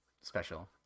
special